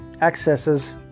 accesses